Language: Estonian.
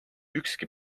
ükski